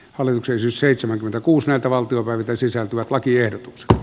olen oksensi seitsemänkymmentäkuusi ääntä valtion välisten sisältyvät lakiehdotuksesta